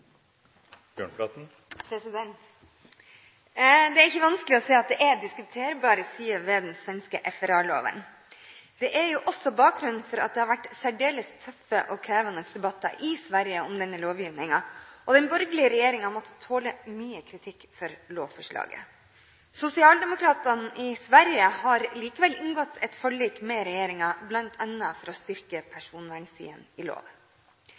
til. Det er ikke vanskelig å se at det er diskuterbare sider ved den svenske FRA-loven. Det er også bakgrunnen for at det har vært særdeles tøffe og krevende debatter i Sverige om denne lovgivningen, og den borgerlige regjeringen har måttet tåle mye kritikk for lovforslaget. Socialdemokraterna i Sverige har likevel inngått et forlik med regjeringen, bl.a. for å styrke personvernsiden i loven.